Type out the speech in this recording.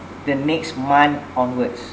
the next month onwards